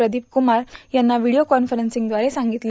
प्रदीप कूमार यांना व्हिडिओ कॉन्फरन्सिंगद्वारे सांगितलं